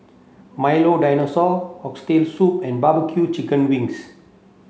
Milo dinosaur oxtail soup and barbecue chicken wings